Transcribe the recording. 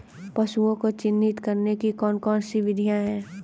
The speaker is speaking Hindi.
पशुओं को चिन्हित करने की कौन कौन सी विधियां हैं?